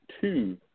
Two